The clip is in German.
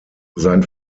sein